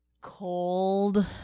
Cold